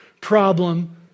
problem